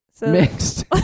mixed